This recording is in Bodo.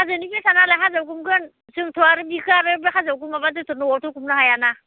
हाजोनि बेसाद नालाय हाजोआव गुमगोन जोंथ' आरो बिखौ आरो हाजोआव गुमाबा जोंथ' न'आवथ' गुमनो हाया ना